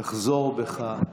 תחזור בך,